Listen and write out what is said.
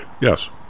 Yes